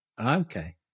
Okay